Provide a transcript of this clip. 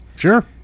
Sure